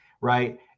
right